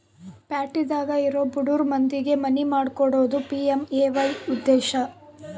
ಪ್ಯಾಟಿದಾಗ ಇರೊ ಬಡುರ್ ಮಂದಿಗೆ ಮನಿ ಮಾಡ್ಕೊಕೊಡೋದು ಪಿ.ಎಮ್.ಎ.ವೈ ಉದ್ದೇಶ